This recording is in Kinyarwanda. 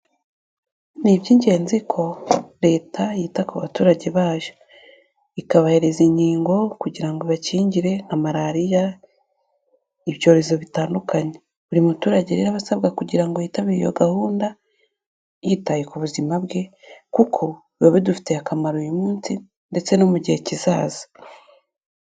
Ni iby'ingenzi ko Leta yita ku baturage bayo, ikabahereza inkingo kugira ngo ibakingire nka Malariya, ibyorezo bitandukanye, buri muturage rero aba asabwa kugira ngo yitabire iyo gahunda, yitaye ku buzima bwe, kuko biba bidufitiye akamaro uyu munsi ndetse no mu gihe kizaza.